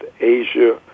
Asia